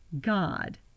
God